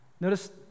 Notice